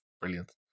brilliant